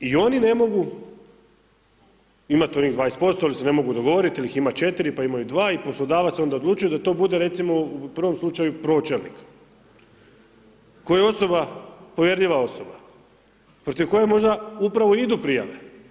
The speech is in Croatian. I oni ne mogu imati onih 20% ili se ne mogu dogovoriti ili ih ima 4 pa imaju dva i poslodavac onda odlučuje da to bude recimo u prvom slučaju pročelnik koji je osoba, povjerljiva osoba protiv koje možda upravo idu prijave.